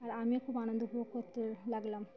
আর আমিও খুব আনন্দ উপভোগ করতে লাগলাম